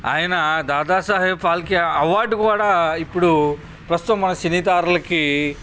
ఆయన దాదా సాహెబ్ ఫాల్కే అవార్డు కూడా ఇప్పుడు ప్రస్తుతం మన సినీ తారలకి